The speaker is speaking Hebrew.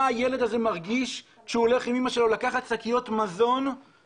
מה הילד הזה מרגיש כשהוא הולך עם אימא שלו לקחת שקיות מזון ולמה?